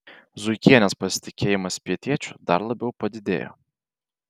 zuikienės pasitikėjimas pietiečiu dar labiau padidėjo